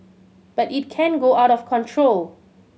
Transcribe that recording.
but it can go out of control